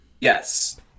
Yes